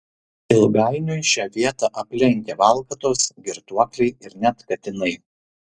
ilgainiui šią vietą aplenkia valkatos girtuokliai ir net katinai